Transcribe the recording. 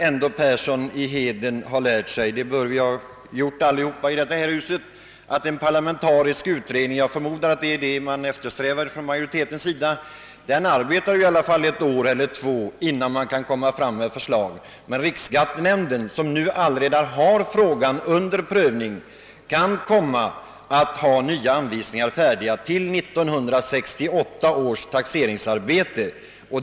Herr Persson i Heden liksom alla andra i detta hus bör ha lärt sig att en parlamentarisk utredning — jag förmodar att det är en sådan man från majoritetens sida eftersträvar — arbetar ett eller två år innan den kommer fram med förslag. Riksskattenämnden, som redan nu har frågan under prövning, kan komma att ge nya anvisningar till 1968 års taxeringsarbete.